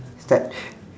start